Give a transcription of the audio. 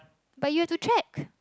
but you have to check